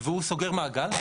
והוא סוגר מעגל.